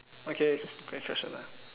okay next question ah